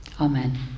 Amen